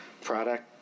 product